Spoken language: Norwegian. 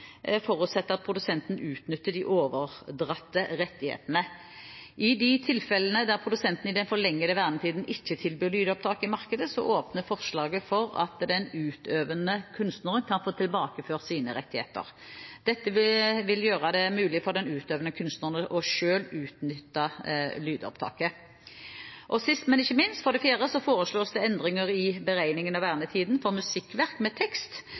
forutsetter at produsenten utnytter de overdratte rettighetene. I de tilfellene der produsenten i den forlengede vernetiden ikke tilbyr lydopptaket i markedet, åpner forslaget for at den utøvende kunstneren kan få tilbakeført sine rettigheter. Dette vil gjøre det mulig for den utøvende kunstneren selv å utnytte lydopptaket. Sist, men ikke minst foreslås det for det fjerde endringer i beregningen av vernetiden for musikkverk med tekst.